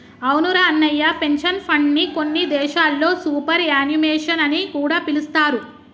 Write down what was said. అవునురా అన్నయ్య పెన్షన్ ఫండ్ని కొన్ని దేశాల్లో సూపర్ యాన్యుమేషన్ అని కూడా పిలుస్తారు